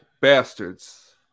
Bastards